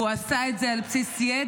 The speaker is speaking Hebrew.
והוא עשה את זה על בסיס ידע,